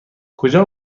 کجا